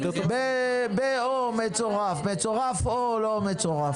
במצורף או לא במצורף.